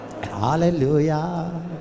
Hallelujah